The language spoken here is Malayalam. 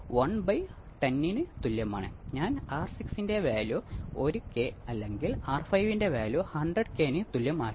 ഓസിലേഷൻസ് ആരംഭിച്ചു കഴിഞ്ഞാൽ എ ബീറ്റ ഒന്നിന് തുല്യമായിരിക്കണം